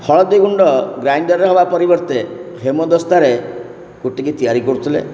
ହଳଦୀ ଗୁଣ୍ଡ ଗ୍ରାଇଣ୍ଡର୍ ରେ ହବା ପରିବର୍ତ୍ତେ ହେମଦସ୍ତା ରେ କୁଟିକି ତିଆରି କରୁଥିଲେ